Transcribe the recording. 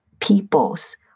peoples